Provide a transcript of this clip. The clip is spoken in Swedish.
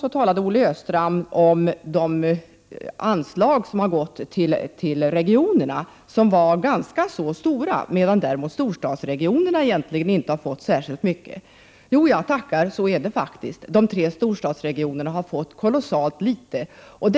Han talade om att stora väganslag har gått till glesbygdsregionerna medan däremot storstadsregionerna inte har fått särskilt mycket. Jo, jag tackar, så är det faktiskt. De tre storstadsregionerna har fått alldeles för litet.